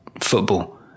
football